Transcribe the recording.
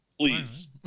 Please